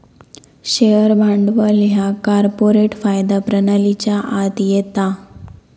share भांडवल ह्या corporate कायदा प्रणालीच्या आत येता